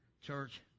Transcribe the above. church